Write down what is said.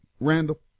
Randall